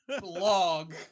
Blog